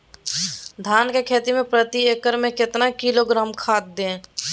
धान की खेती में प्रति एकड़ में कितना किलोग्राम खाद दे?